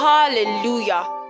hallelujah